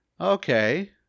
okay